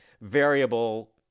variable